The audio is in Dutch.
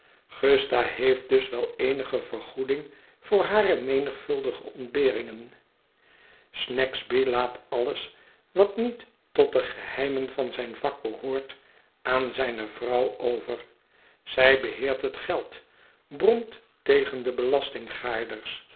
gusta heeft dus wel eenige vergoeding voor hare menigvuldige ontberingen snagsby laat alles wat niet tot de geheimen van zijn vak behoort aan zijne vrouw over zij beheert het geld bromt tegen de belastinggaarders